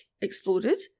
exploded